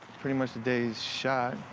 pretty much the day's shot.